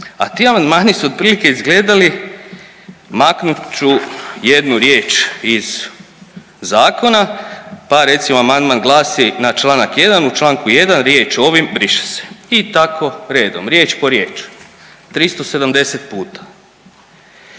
a ti amandmani su otprilike izgledali maknut ću jednu riječ iz zakona pa recimo amandman glasi: „Na članak 1. U članku 1. riječ „ovim“ briše se.“, i tako redom riječ po riječ 370 puta.